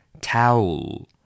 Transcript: towel